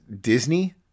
Disney